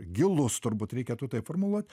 gilus turbūt reikėtų taip formuluot